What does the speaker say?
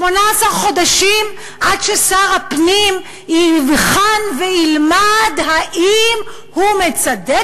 עד ששר הפנים יבחן וילמד אם הוא מצדד